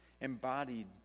embodied